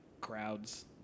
crowds